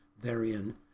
therein